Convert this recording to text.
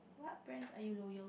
what brands are you loyal